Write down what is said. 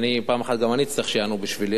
פעם אחת גם אני אצטרך שיענו בשבילי,